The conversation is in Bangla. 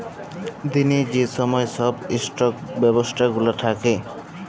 দিলের যে ছময় ছব ইস্টক ব্যবস্থা গুলা থ্যাকে